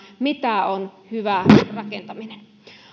mitä on hyvä rakentaminen